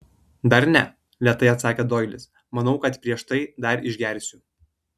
dar ne lėtai atsakė doilis manau kad prieš tai dar išgersiu